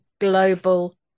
global